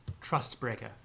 Trust-breaker